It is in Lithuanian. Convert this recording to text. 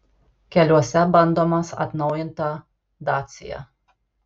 keliuose bandomas atnaujinta dacia